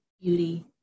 beauty